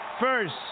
first